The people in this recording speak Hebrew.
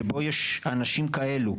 שבו יש אנשים כאלה,